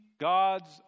God's